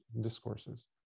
discourses